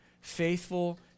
faithful